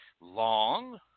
long